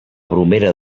bromera